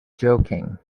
joking